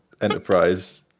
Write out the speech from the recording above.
enterprise